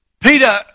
Peter